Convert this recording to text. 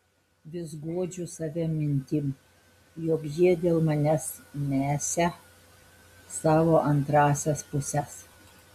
vis guodžiu save mintim jog jie dėl manęs mesią savo antrąsias puses